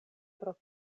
pro